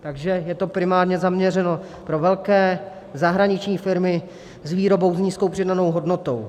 Takže je to primárně zaměřeno na velké zahraniční firmy s výrobou s nízkou přidanou hodnotou.